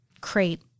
crate